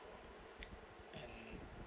and